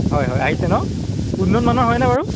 হয় হয় আহিছে ন উন্নত মানৰ হয়নে বাৰু